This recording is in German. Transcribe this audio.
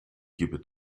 gebe